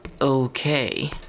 Okay